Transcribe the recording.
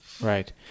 Right